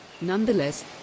Nonetheless